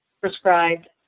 prescribed